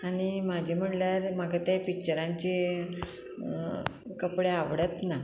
आनी म्हाजे म्हणल्यार म्हाका तें पिच्चरांचे कपडे आवडत ना